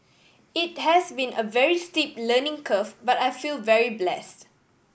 it has been a very steep learning curve but I feel very blessed